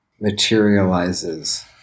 materializes